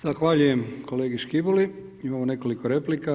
Zahvaljujem kolegi Škiboli, imamo nekoliko replika.